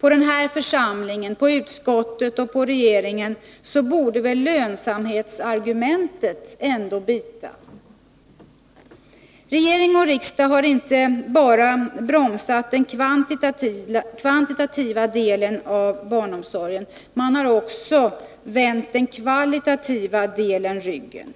på församlingen här i kammaren, på utskottet eller på regeringen, så borde väl lönsamheten som argument ändå bita. Regering och riksdag har inte bara bromsat den kvantitativa delen av barnomsorgen, utan man har också vänt den kvalitativa delen ryggen.